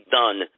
done